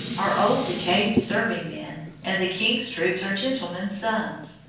are old decayed serving-men, and the king's troops are gentlemen's sons.